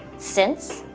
since,